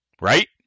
Right